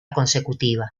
consecutiva